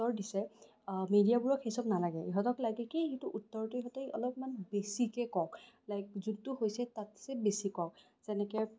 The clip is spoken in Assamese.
দিছে মেডিয়াবোৰক সেইচব নালাগে ইহঁতক লাগে কি উত্তৰটো ইহঁতে অলপমান বেছিকে কওক লাইক যোনটো হৈছে তাতছে বেছি কওক যেনেকে